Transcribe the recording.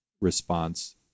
response